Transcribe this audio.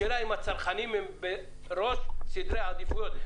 השאלה אם הצרכנים הם בראש סדרי העדיפויות.